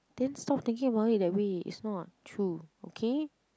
then stop thinking about it that way is not true okay